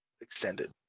extended